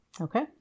Okay